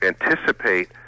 anticipate